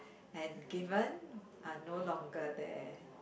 and given are no longer there